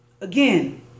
again